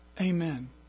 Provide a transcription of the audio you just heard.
Amen